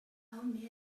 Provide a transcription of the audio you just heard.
and